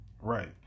Right